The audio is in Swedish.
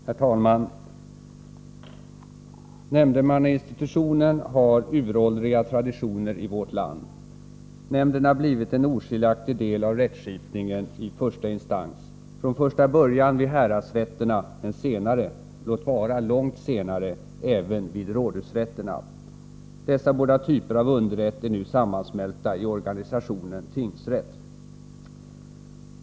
Herr talman! Nämndemannainstitutionen har uråldriga traditioner i vårt land. Nämnden har blivit en oskiljaktig del av rättskipningen i första instans, från första början vid häradsrätterna men senare — låt vara långt senare — även vid rådhusrätterna. Dessa båda typer av underrätt är nu sammansmälta i organisationen tingsrätt.